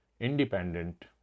independent